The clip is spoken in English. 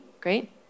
Great